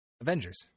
Avengers